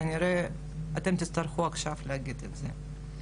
כנראה אתם תצטרכו עכשיו להגיד את זה.